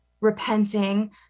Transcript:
repenting